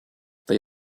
they